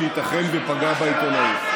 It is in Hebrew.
שייתכן שפגע בעיתונאית.